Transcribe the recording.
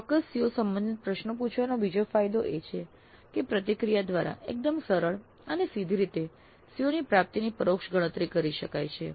ચોક્કસ COs સંબંધિત પ્રશ્નો પૂછવાનો બીજો ફાયદો એ છે કે પ્રતિક્રિયા દ્વારા એકદમ સરળ અને સીધી રીતે COs ની પ્રાપ્તિની પરોક્ષ ગણતરી કરી શકાય છે